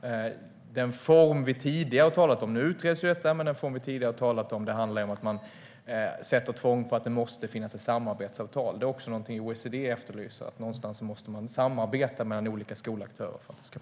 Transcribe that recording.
Den form vi tidigare har talat om - frågan utreds - handlar om att sätta tvång på att det måste finnas ett samarbetsavtal. Det är också något OECD efterlyser. Någonstans måste olika skolaktörer samarbeta.